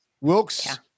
Wilkes